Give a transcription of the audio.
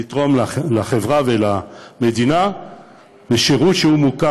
לתרום לחברה ולמדינה בשירות שהוא מוכר